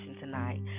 tonight